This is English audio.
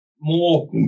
More